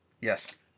Yes